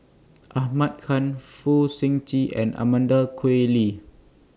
Ahmad Khan Fong Sip Chee and Amanda Koe Lee